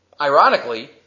Ironically